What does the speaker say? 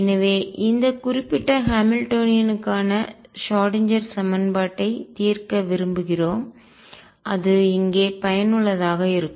எனவே இந்த குறிப்பிட்ட ஹாமில்டோனியனுக்கான ஷ்ராடின்ஜெர் சமன்பாட்டை தீர்க்க விரும்புகிறோம் அது இங்கே பயனுள்ளதாக இருக்கும்